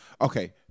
Okay